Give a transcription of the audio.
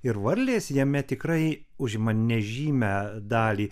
ir varlės jame tikrai užima nežymią dalį